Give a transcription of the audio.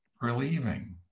relieving